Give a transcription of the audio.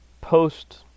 post